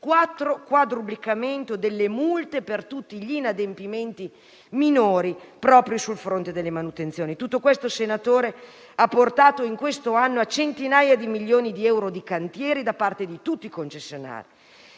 Quarto: quadruplicamento delle multe per tutti gli inadempimenti minori propri sul fronte delle manutenzioni. Tutto questo, senatore Urso, ha portato in questo anno a centinaia di milioni di euro di cantieri da parte di tutti i concessionari;